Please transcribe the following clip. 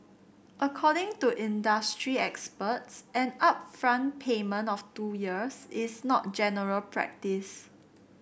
according to industry experts an upfront payment of two years is not general practice